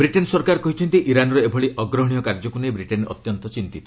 Britain ସରକାର କହିଛନ୍ତି ଇରାନ୍ର ଏଭଳି ଅଗ୍ରହଣୀୟ କାର୍ଯ୍ୟକୁ ନେଇ ବ୍ରିଟେନ୍ ଅତ୍ୟନ୍ତ ଚିନ୍ତିତ